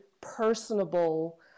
personable